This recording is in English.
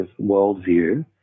worldview